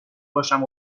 باشم